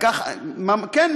כן,